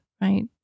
right